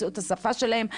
ימצאו את השפה שלהם.